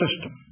system